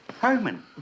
Herman